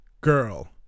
girl